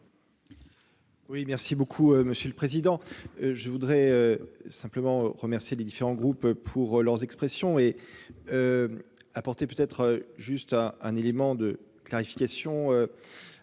Oui merci beaucoup monsieur le président, je voudrais simplement remercier les différents groupes pour leurs expressions et apporter peut-être juste à un élément de clarification